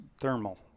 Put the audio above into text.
thermal